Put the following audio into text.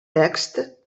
text